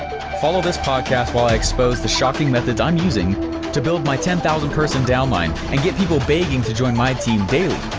follow this podcast while i expose the shocking methods i'm using to build my ten thousand person downline and get people begging to join my team daily.